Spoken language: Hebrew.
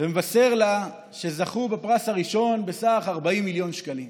ומבשר לה שהם זכו בפרס הראשון בסך 40 מיליון שקלים.